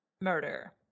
murder